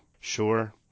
sure